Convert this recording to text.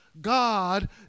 God